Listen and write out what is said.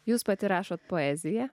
jūs pati rašote poeziją